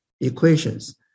equations